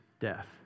death